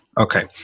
Okay